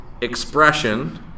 expression